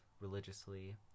religiously